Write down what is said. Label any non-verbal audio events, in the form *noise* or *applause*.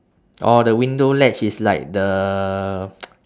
oh the window ledge is like the *noise*